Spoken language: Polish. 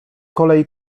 kolei